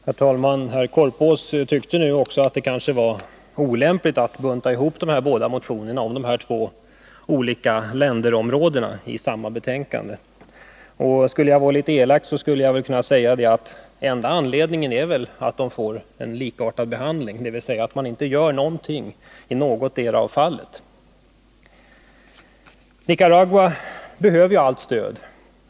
Herr talman! Sture Korpås tyckte också att det kanske var olämpligt att bunta ihop motionerna om de båda länderområdena i samma betänkande. 119 Ville jag vara elak skulle jag kunna säga att enda anledningen är väl att de får en likartad behandling, dvs. att man inte gör någonting i någotdera fallet. Nicaragua behöver allt stöd.